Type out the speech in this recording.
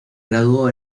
graduó